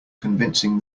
convincing